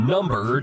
Number